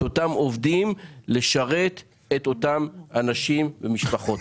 אותם עובדים לשרת את אתם אנשים ומשפחות.